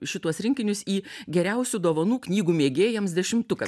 šituos rinkinius į geriausių dovanų knygų mėgėjams dešimtuką